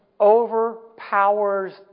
overpowers